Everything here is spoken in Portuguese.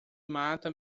mata